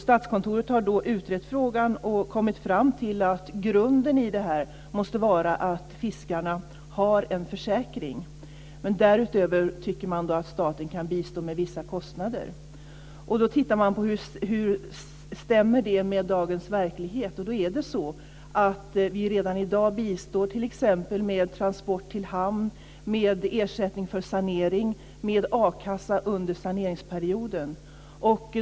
Statskontoret har utrett frågan, och kommit fram till att grunden i detta måste vara att fiskarna har en försäkring. Därutöver tycker man att staten kan bistå med vissa kostnader. Man kan titta på hur detta stämmer med dagens verklighet. Då ser man att staten redan i dag bistår med t.ex. transport till hamn, ersättning för sanering och a-kassa under saneringsperioden.